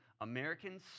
americans